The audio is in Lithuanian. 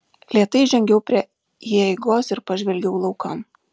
lėtai žengiau prie įeigos ir pažvelgiau laukan